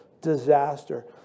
disaster